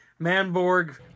Manborg